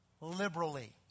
liberally